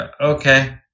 okay